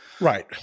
right